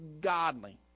godly